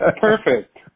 Perfect